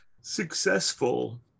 successful